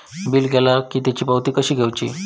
Bill केला की त्याची पावती कशी घेऊची?